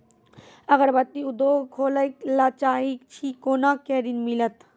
अगरबत्ती उद्योग खोले ला चाहे छी कोना के ऋण मिलत?